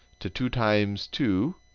to two times two,